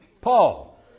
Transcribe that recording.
Paul